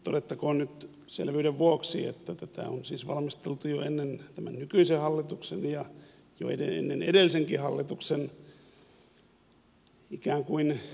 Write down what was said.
todettakoon nyt selvyyden vuoksi että tätä on siis valmisteltu jo ennen tämän nykyisen hallituksen ja jo ennen edellisenkin hallituksen ikään kuin lihaksi tuloa